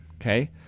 Okay